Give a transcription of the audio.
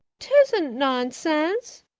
tisn't nonsense,